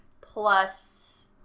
plus